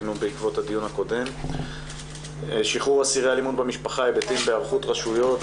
נושא הדיון שחרור אסירי אלימות במשפחה: היבטים בהיערכות הרשויות.